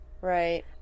Right